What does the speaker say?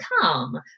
come